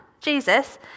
Jesus